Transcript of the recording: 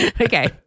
Okay